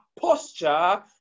posture